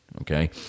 okay